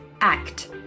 act